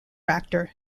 actor